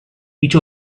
each